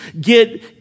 get